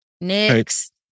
Next